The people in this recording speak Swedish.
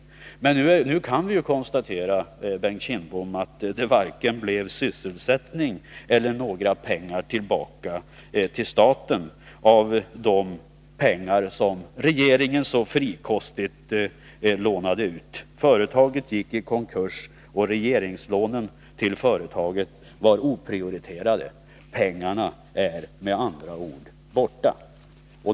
Men nu kan vi konstatera, Bengt Kindbom, att det blev varken sysselsättning eller några pengar tillbaka till staten av de pengar som regeringen så frikostigt lånade ut. Företaget gick i konkurs, och regeringslånen till företaget var oprioriterade. Pengarna är med andra ord borta.